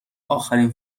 آخرین